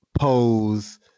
pose